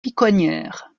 piconnières